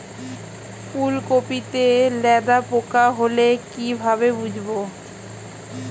ফুলকপিতে লেদা পোকা হলে কি ভাবে বুঝবো?